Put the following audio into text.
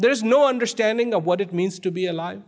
there is no understanding of what it means to be alive